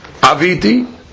Aviti